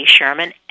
Sherman